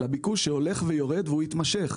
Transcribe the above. שהולך ויורד והוא יתמשך.